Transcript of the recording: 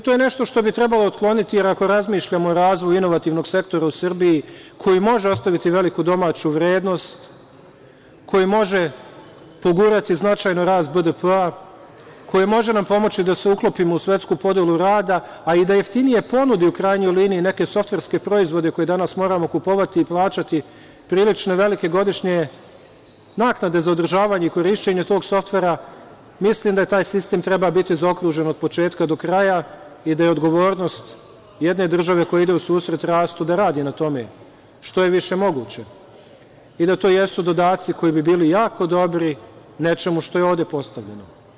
To je nešto što bi trebalo otkloniti, jer ako razmišljamo o razvoju inovativnog sektora u Srbiji, koji može ostaviti veliku domaću vrednost, koji može pogurati značajno rast BDP-a, koji može nam pomoći da se uklopimo u svetsku podelu rada, a i da i jeftinije ponude, u krajnjoj liniji, neke softverske proizvode koje danas moramo kupovati i plaćati prilično velike godišnje naknade za održavanje i korišćenje tog softvera, mislim da taj sistem treba biti zaokružen od početka do kraja i da je odgovornost jedne države koja ide u susret rastu da radi na tome, što je više moguće i da to jesu dodaci koji bi bili jako dobri nečemu što je ovde postavljeno.